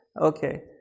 Okay